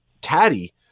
Taddy